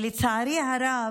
לצערי הרב,